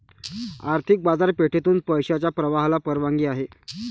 आर्थिक बाजारपेठेतून पैशाच्या प्रवाहाला परवानगी आहे